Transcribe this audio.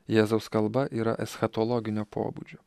jėzaus kalba yra eschatologinio pobūdžio